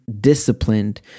Disciplined